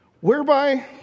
Whereby